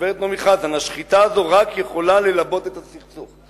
גברת נעמי חזן, "יכולה ללבות את הסכסוך".